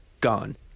gone